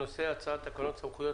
על סדר היום: הצעת תקנות סמכויות